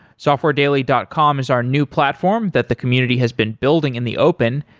softwaredaily dot com is our new platform that the community has been building in the open.